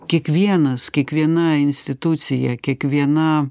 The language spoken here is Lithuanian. kiekvienas kiekviena institucija kiekviena